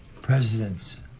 Presidents